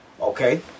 Okay